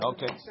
Okay